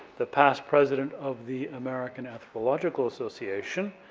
the past president of the american anthropological association,